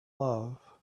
love